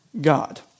God